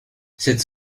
cette